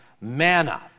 manna